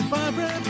Barbara